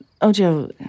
Ojo